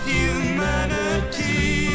humanity